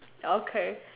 okay